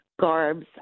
garbs